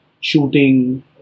shooting